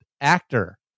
actor